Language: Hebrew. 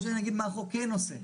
עוד שנייה אני אגיד מה החוק כן עושה,